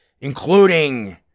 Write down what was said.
including